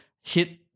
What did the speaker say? hit